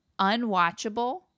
unwatchable